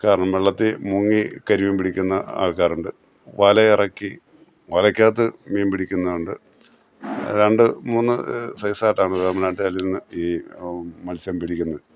കാരണം വെള്ളത്തില് മുങ്ങി കരിമീന് പിടിക്കുന്ന ആൾക്കാരുണ്ട് വലയിറക്കി വലയ്ക്കകത്ത് മീന് പിടിക്കുന്നതുണ്ട് ഏതാണ്ട് മൂന്ന് ഫേയ്സായിട്ടാണ് വേമ്പനാട്ടുകായലില്നിന്ന് ഈ മത്സ്യം പിടിക്കുന്നത്